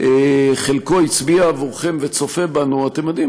שחלקו הצביע עבורכם וצופה בנו: אתם יודעים,